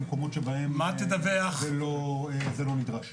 בנוסף לזה אני גם חבר ועדת כשרות ברבנות הראשית,